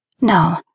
No